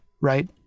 right